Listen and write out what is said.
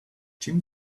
jim